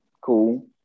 Cool